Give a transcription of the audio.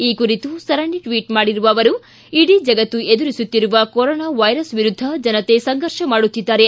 ಈ ಕುರಿತು ಸರಣಿ ಟ್ವಿಟ್ ಮಾಡಿರುವ ಅವರು ಇಡೀ ಜಗತ್ತು ಎದುರಿಸುತ್ತಿರುವ ಕರೋನಾ ವೈರಸ್ ವಿರುದ್ದ ಜನತೆ ಸಂಘರ್ಷ ಮಾಡುತ್ತಿದ್ದಾರೆ